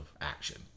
action